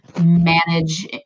manage